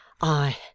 I